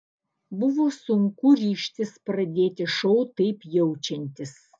buvo sunku ryžtis pradėti šou taip jaučiantis